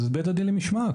אז בית הדין למשמעת.